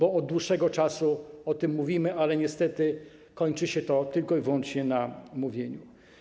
Od dłuższego czasu o tym mówimy, ale niestety kończy się tylko i wyłącznie na mówieniu.